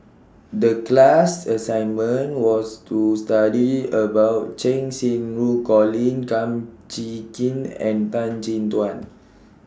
The class assignment was to study about Cheng Xinru Colin Kum Chee Kin and Tan Chin Tuan